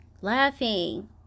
laughing